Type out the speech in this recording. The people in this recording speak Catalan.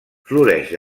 floreix